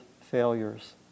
failures